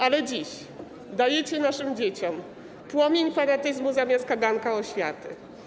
Ale dziś dajecie naszym dzieciom płomień fanatyzmu zamiast kaganka oświaty.